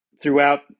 throughout